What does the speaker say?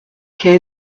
kids